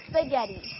Spaghetti